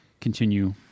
continue